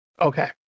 Okay